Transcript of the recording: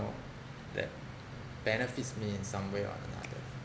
that benefits me in some way or another